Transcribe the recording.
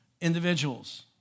individuals